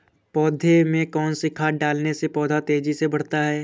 पौधे में कौन सी खाद डालने से पौधा तेजी से बढ़ता है?